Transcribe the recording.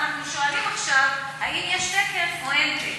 ואנחנו שואלים עכשיו אם יש תקן או אין תקן.